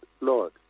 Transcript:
Lord